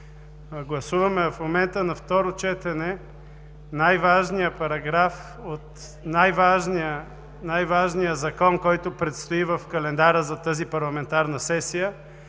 гласуваме на второ четене най-важния параграф от най-важния Закон, който предстои в календара за тази парламентарна сесия,